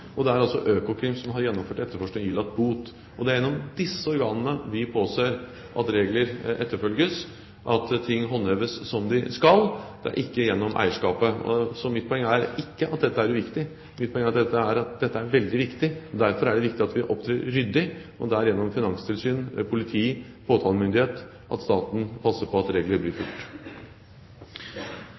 og det er Økokrim som har gjennomført etterforskningen og ilagt bot. Det er gjennom disse organene vi påser at regler etterfølges, og at ting håndheves slik de skal. Det er ikke gjennom eierskapet. Mitt poeng er ikke at dette er uviktig. Mitt poeng er at dette er veldig viktig. Derfor er det viktig at vi opptrer ryddig. Og det er gjennom finanstilsyn, politi og påtalemyndighet at staten passer på at regler blir fulgt.